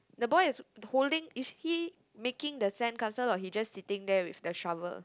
the boy is holding is he making the sandcastle or he just sitting there with the shovel